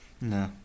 No